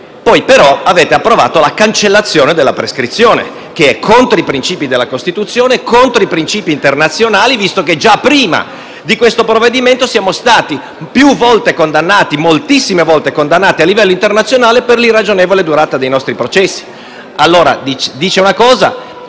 Poi, però, voi avete approvato la cancellazione della prescrizione, che va contro i princìpi della Costituzione e contro i princìpi internazionali visto che, già prima di questo provvedimento, siamo stati più volte condannati a livello internazionale per l'irragionevole durata dei nostri processi. Così però si dice una cosa